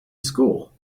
school